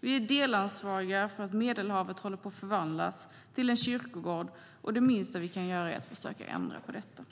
Vi är delansvariga för att Medelhavet håller på att förvandlas till en kyrkogård, och det minsta vi kan göra är att försöka ändra på detta.